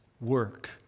work